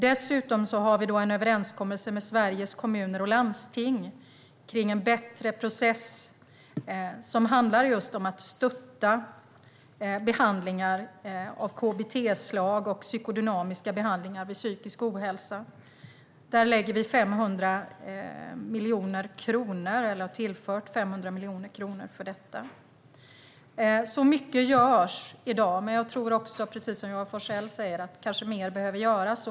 Dessutom har vi en överenskommelse med Sveriges Kommuner och Landsting kring en bättre process när det gäller att stötta behandlingar av KBT-slag och psykodynamiska behandlingar vid psykisk ohälsa. Vi har tillfört 500 miljoner kronor för detta. Mycket görs alltså i dag, men jag tror också, som Johan Forssell säger, att mer kanske behöver göras.